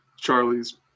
Charlie's